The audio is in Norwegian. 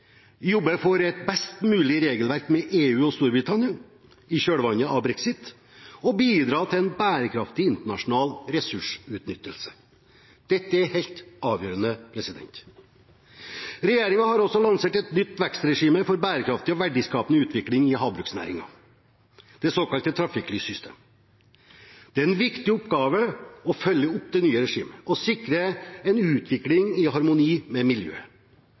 jobbe for et best mulig regelverk med EU og Storbritannia i kjølvannet av brexit og bidra til en bærekraftig internasjonal ressursutnyttelse. Dette er helt avgjørende. Regjeringen har også lansert et nytt vekstregime for bærekraftig og verdiskapende utvikling i havbruksnæringen, det såkalte trafikklyssystemet. Det er en viktig oppgave å følge opp det nye regimet og sikre en utvikling i harmoni med